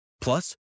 Plus